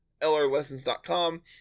lrlessons.com